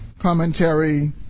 commentary